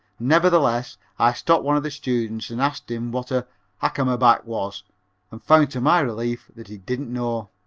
nevertheless i stopped one of the students and asked him what a hakamaback was and found to my relief that he didn't know.